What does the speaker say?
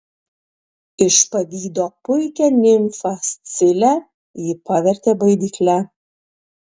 iš pavydo puikią nimfą scilę ji pavertė baidykle